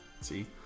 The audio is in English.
See